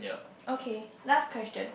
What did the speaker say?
okay last question